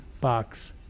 box